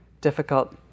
difficult